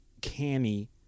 canny